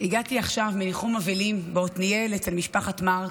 הגעתי עכשיו מניחום אבלים בעתניאל אצל משפחת מרק,